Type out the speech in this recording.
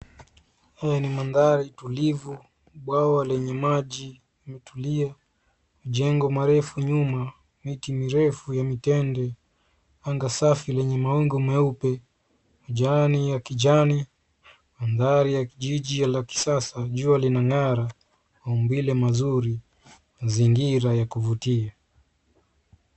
Haya ni mandhari tulivu, bwawa lenye maji imetulia. Majengo marefu nyuma, miti mirefu ya mitende, anga safi lenye mawingu meupe. Majani ta kijani, mandhari ya kijiji la kisasa. Jua linang'ara, maumbile mazuri, mazingira ya kuvutia.